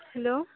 hello